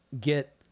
get